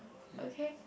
okay